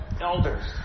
elders